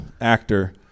Actor